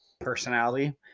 personality